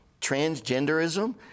transgenderism